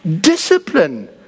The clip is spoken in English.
discipline